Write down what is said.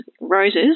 roses